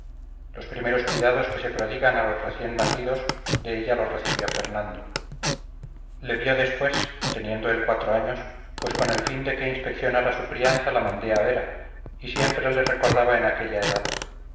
los primeros cuidados que se prodigan a los recién nacidos de ella los recibió fernando le vio después teniendo él cuatro años pues con el fin de que inspeccionara su crianza la mandé a vera y siempre le recordaba en aquella edad